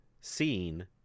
seen